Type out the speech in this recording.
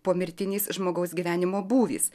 pomirtinis žmogaus gyvenimo būvis